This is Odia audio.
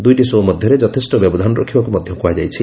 ଦୁଇଟି ସୋ' ମଧ୍ୟରେ ଯଥେଷ୍ଟ ବ୍ୟବଧାନ ରଖିବାକୁ ମଧ୍ୟ କୁହାଯାଇଛି